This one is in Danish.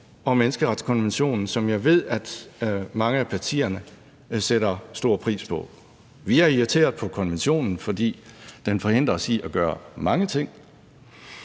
og menneskerettighedskonventionen, som jeg ved at mange af partierne sætter stor pris på. Vi er irriteret på konventionen, fordi den forhindrer os i at gøre mange ting.